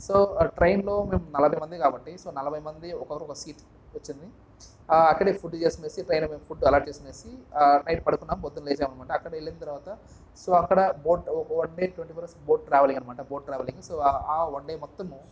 so ట్రైన్లో మేము నలభైమంది కాబట్టి సో నలభైమంది ఒక్కోరు ఒక్క సీట్ వచ్చింది అక్కడే ఫుడ్డు చేస్తునం అనేసి ట్రైన్లో మేము ఫుడ్డు అలాట్ చేస్తున్నాం అనేసి నైట్ పడుకున్నాం పొద్దున్న లేచాం అనమాట అక్కడ వెళ్ళిన తరవాత సో అక్కడ one one day twenty four hours boat travelling అనమాట బోట్ ట్రావెలింగ్ సో ఆ వన్ డే మొత్తము